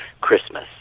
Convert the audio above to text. Christmas